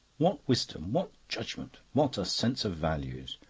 what wisdom, what judgment, what a sense of values!